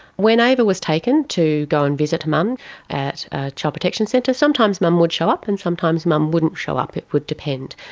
when ava was taken to go and visit mum at a child protection centre, sometimes mum would show up and sometimes mum wouldn't show up, it would depend.